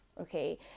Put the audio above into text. okay